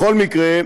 בכל מקרה,